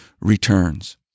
returns